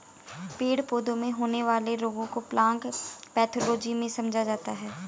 पेड़ पौधों में होने वाले रोगों को प्लांट पैथोलॉजी में समझा जाता है